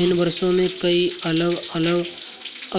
इन वर्षों में, कई अलग अलग